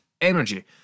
energy